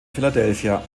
philadelphia